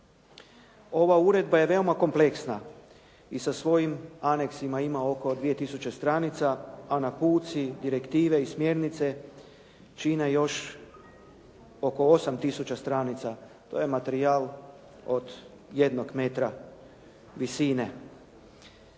Ova uredba je veoma kompleksna i sa svojim aneksima ima oko 2 tisuće stranica, anakucij, direktive i smjernice čine još oko 8 tisuća stranica. To je materijal od jednog metra visine.